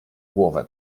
głowę